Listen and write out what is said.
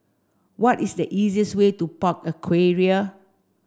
what is the easiest way to Park Aquaria